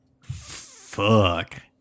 Fuck